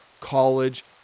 college